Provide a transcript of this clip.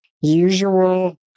usual